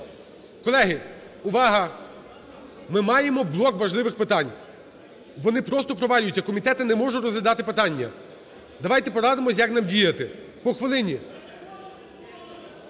Колеги, увага! Ми маємо блок важливих питань. Вони просто провалюються. Комітети не можуть розглядати питання. Давайте порадимось, як нам діяти. По хвилині.